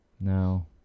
No